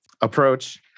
approach